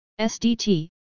SDT